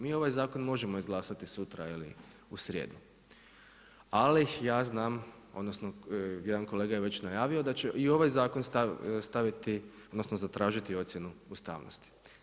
Mi ovaj zakon možemo izglasati sutra ili u srijedu, ali ja znam, odnosno jedan kolega je već najavio da će i u ovaj zakon staviti, odnosno zatražiti ocjenu ustavnosti.